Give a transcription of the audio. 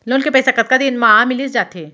Loan के पइसा कतका दिन मा मिलिस जाथे?